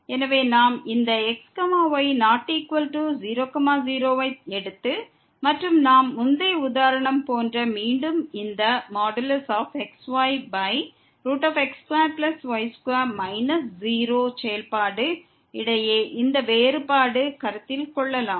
எனவே நாம் இந்த x y≠0 0 ஐ எடுத்து மற்றும் நாம் முந்தைய உதாரணத்தில் கூறியது போல் இந்த xyx2y2 0 செயல்பாட்டுக்கு இடையே இந்த வேறுபாட்டை கருத்தில் கொள்ளலாம்